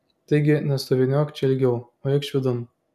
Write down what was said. taigi nestoviniuok čia ilgiau o eikš vidun